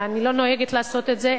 אני לא נוהגת לעשות את זה.